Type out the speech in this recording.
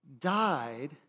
died